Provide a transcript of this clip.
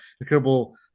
incredible